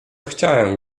chciałem